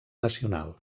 nacional